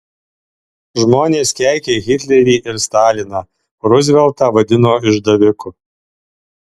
žmonės keikė hitlerį ir staliną ruzveltą vadino išdaviku